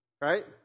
right